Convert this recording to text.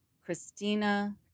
Christina